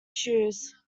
shoes